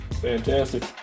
Fantastic